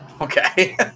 Okay